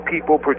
people